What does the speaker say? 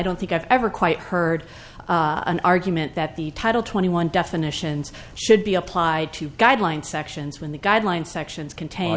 don't think i've ever quite heard an argument that the title twenty one definitions should be applied to guideline sections when the guidelines sections contain